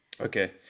Okay